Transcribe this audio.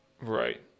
Right